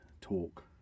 talk